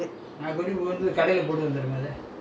then you bring some to my house lah